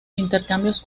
intercambios